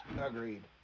Agreed